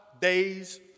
days